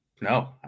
No